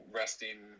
resting